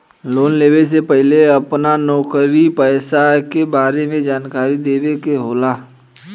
Loan लेवे से पहिले अपना नौकरी पेसा के बारे मे जानकारी देवे के होला?